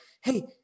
Hey